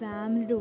Family